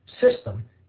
system